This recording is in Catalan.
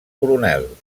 coronel